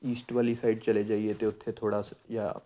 East ਵਾਲੀ side ਚਲੇ ਜਾਈਏ ਤਾਂ ਉੱਥੇ ਥੋੜ੍ਹਾ ਜਾ